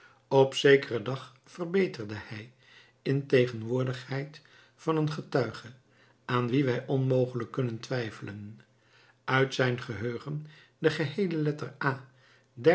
op zekeren dag verbeterde hij in tegenwoordigheid van een getuige aan wien wij onmogelijk kunnen twijfelen uit zijn geheugen de geheele letter a